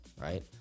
Right